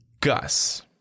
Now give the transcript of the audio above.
Gus